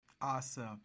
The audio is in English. awesome